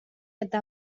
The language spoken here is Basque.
eta